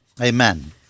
amen